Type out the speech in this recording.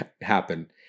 happen